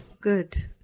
Good